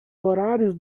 horários